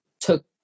took